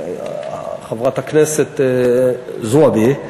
חברת הכנסת זועבי,